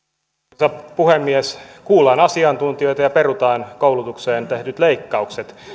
arvoisa puhemies kuullaan asiantuntijoita ja perutaan koulutukseen tehdyt leikkaukset